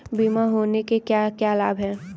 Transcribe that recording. बीमा होने के क्या क्या लाभ हैं?